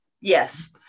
Yes